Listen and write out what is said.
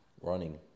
Running